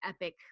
epic